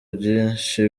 byinshi